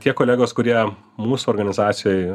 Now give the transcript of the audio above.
tie kolegos kurie mūsų organizacijoj